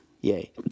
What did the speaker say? Yay